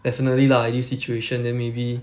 definitely lah ideal situation then maybe